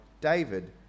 David